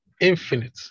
Infinite